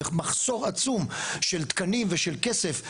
במחסור עצום של תקנים ושל כסף,